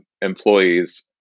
employees